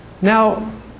Now